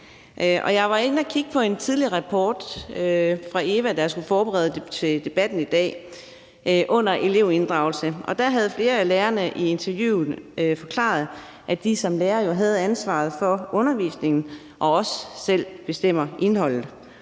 Jeg var inde at kigge på en tidligere rapport fra EVA, der skulle forberede mig til debatten i dag. Under »Elevinddragelse« havde flere af lærerne i interviewet forklaret, at de som lærere jo har ansvaret for undervisningen og også selv bestemmer indholdet,